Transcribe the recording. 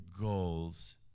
goals